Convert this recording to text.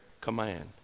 command